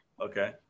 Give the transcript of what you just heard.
Okay